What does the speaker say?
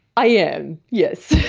i am, yes.